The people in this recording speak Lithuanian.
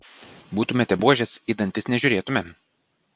būtumėte buožės į dantis nežiūrėtumėm